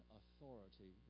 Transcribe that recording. authority